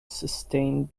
sustained